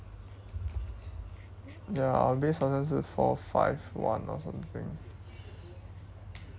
ya our base level is four five one or something